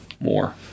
More